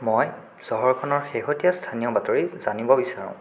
মই চহৰখনৰ শেহতীয়া স্থানীয় বাতৰি জানিব বিচাৰোঁ